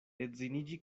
edziniĝi